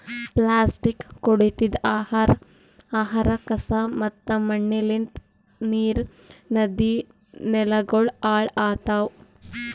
plastic, ಕೊಳತಿದ್ ಆಹಾರ, ಕಸಾ ಮತ್ತ ಮಣ್ಣಲಿಂತ್ ನೀರ್, ನದಿ, ನೆಲಗೊಳ್ ಹಾಳ್ ಆತವ್